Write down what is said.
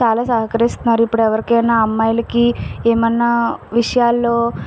చాలా సహకరిస్తున్నారు ఇప్పుడు ఎవరికైనా అమ్మాయిలకి ఏమైనా విషయాల్లో